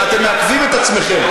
אתם מעכבים את עצמכם.